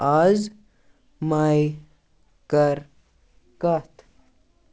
آز ماے کَر کَتھ